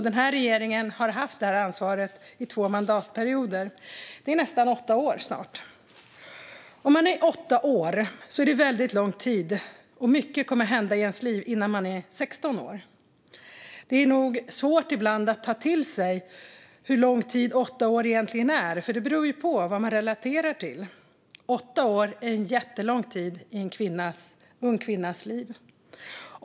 Den här regeringen har haft det ansvaret i två mandatperioder. Det är nästan åtta år. Om man är åtta år är de väldigt lång tid och mycket som kommer att hända i ens liv innan man är sexton år. Det är nog ibland svårt att ta till sig hur lång tid åtta år egentligen är, för det beror på vad man relaterar till. Åtta år är en jättelång tid i en ung kvinnas liv.